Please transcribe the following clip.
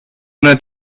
una